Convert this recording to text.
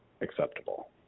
acceptable